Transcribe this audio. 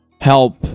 help